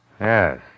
Yes